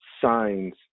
signs